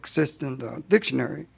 exist in the dictionary